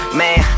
man